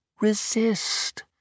resist